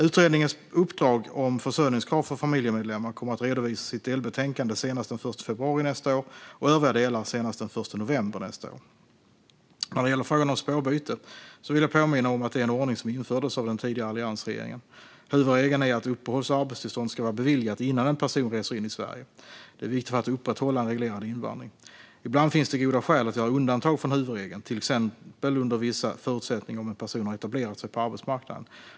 Utredningens uppdrag om försörjningskrav för familjemedlemmar kommer att redovisas i ett delbetänkande senast den 1 februari nästa år och övriga delar senast den 1 november nästa år. När det gäller frågan om spårbyte vill jag påminna om att det är en ordning som infördes av den tidigare alliansregeringen. Huvudregeln är att uppehålls och arbetstillstånd ska vara beviljat innan en person reser in i Sverige. Det är viktigt för att upprätthålla en reglerad invandring. Ibland finns det goda skäl att göra undantag från huvudregeln, till exempel under vissa förutsättningar om en person har etablerat sig på arbetsmarknaden.